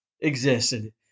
existed